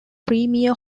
premier